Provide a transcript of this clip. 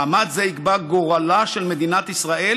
מאמץ זה יקבע גורלה של מדינת ישראל